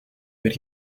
meer